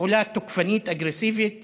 פעולה תוקפנית אגרסיבית